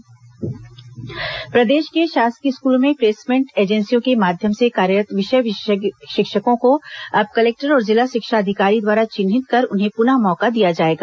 मंत्रिमंडल निर्णय प्रदेश के शासकीय स्कूलों में प्लेसमेंट एजेंसियों के माध्यम से कार्यरत विषय विशेषज्ञ शिक्षकों को अब जिला कलेक्टर और जिला शिक्षा अधिकारी द्वारा चिन्हित कर उन्हें पुनः मौका दिया जाएगा